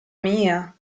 mia